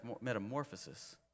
metamorphosis